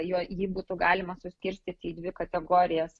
jo jį būtų galima suskirstyti į dvi kategorijas